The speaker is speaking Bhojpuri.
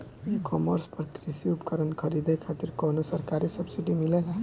ई कॉमर्स पर कृषी उपकरण खरीदे खातिर कउनो सरकारी सब्सीडी मिलेला?